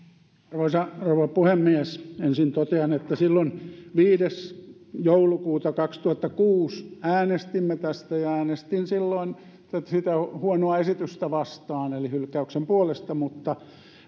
arvoisa rouva puhemies ensin totean että viides joulukuuta kaksituhattakuusi äänestimme tästä ja äänestin silloin sitä huonoa esitystä vastaan eli hylkäyksen puolesta mutta